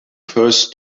first